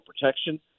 protection